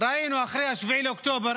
אחרי 7 באוקטובר